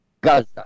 Gaza